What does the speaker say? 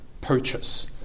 purchase